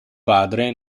padre